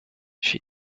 she